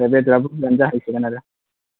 बेदराबो बुरजायोनो जाहैगोन आरो